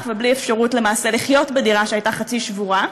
ובלי אפשרות למעשה לחיות בדירה שהייתה חצי שבורה.